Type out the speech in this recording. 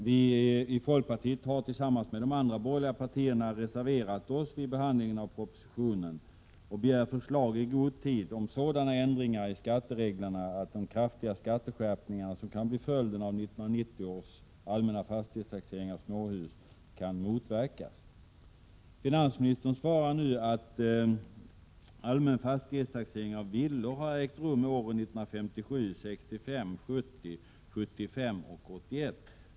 Vi i folkpartiet har tillsammans med de andra borgerliga partiernas företrädare i utskottet reserverat oss vid behandlingen av propositionen och begärt förslag om sådana ändringar i skattereglerna att de kraftiga skatteskärpningar som kan bli följden av 1990 års allmänna fastighetstaxering av småhus kan motverkas. Finansministern svarar nu: ”Allmän fastighetstaxering av villor har ägt rum åren 1957, 1965, 1970, 1975 och 1981.